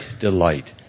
delight